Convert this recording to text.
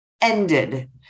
ended